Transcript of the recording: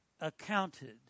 accounted